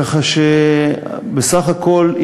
כך שבסך הכול,